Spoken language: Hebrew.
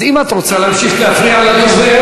אז אם את רוצה להמשיך להפריע לדובר,